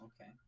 okay